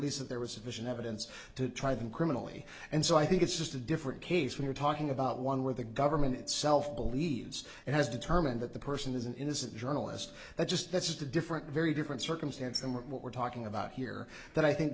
there was sufficient evidence to try them criminally and so i think it's just a different case when you're talking about one where the government itself believes and has determined that the person is an innocent journalist that's just that's just a different very different circumstance than what we're talking about here that i think